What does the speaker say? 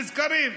נזכרים.